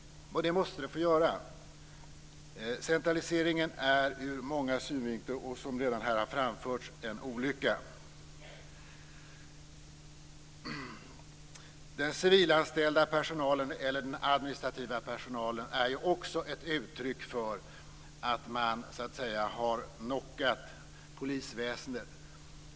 Och det måste det få göra. Centraliseringen är ur många synvinklar, vilket här redan har framförts, en olycka. Den civilanställda personalen, den administrativa personalen, är också ett uttryck för att man också har knockat polisväsendet.